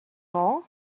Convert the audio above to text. all